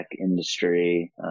industry